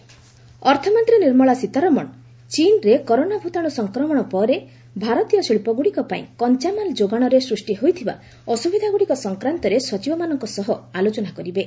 FM Sitharaman ଅର୍ଥମନ୍ତ୍ରୀ ନିର୍ମଳା ସୀତାରମଣ ଚୀନରେ corona ଭୂତାଣୁ ସଂକ୍ରମଣ ପରେ ଭାରତୀୟ ଶିଳ୍ପଗୁଡ଼ିକ ପାଇଁ କଞ୍ଚାମାଲ ଯୋଗାଣରେ ସୃଷ୍ଟି ହୋଇଥିବା ଅସୁବିଧାଗୁଡ଼ିକ ସଫକ୍ରାନ୍ତରେ ସଚିବମାନଙ୍କ ସହ ଆଲୋଚନା କରିବେ